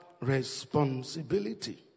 responsibility